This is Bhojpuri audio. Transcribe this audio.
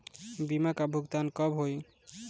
बीमा का भुगतान कब होइ?